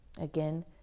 Again